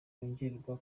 yongerwa